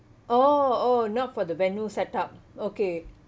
oh oh not for the venue set up okay